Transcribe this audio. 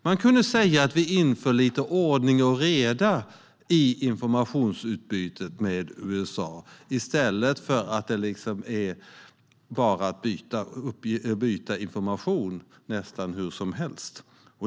Man kunde säga att vi inför lite ordning och reda i informationsutbytet med USA, i stället för att det nästan har varit att byta information lite hur som helst.